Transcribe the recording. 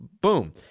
boom